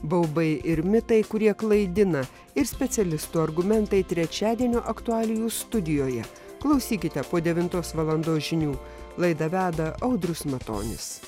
baubai ir mitai kurie klaidina ir specialistų argumentai trečiadienio aktualijų studijoje klausykite po devintos valandos žinių laidą veda audrius matonis